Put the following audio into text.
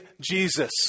Jesus